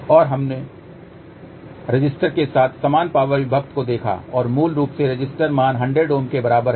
और फिर हमने रेसिस्टर के साथ समान पावर विभक्त को देखा और मूल रूप से रेसिस्टर मान 100 Ω के बराबर है